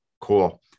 cool